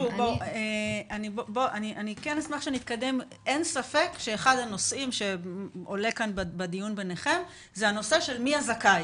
אין ספק שאחד הנושאים שעולה כאן בדיון ביניכם הוא הנושא של מי הזכאי,